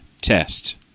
test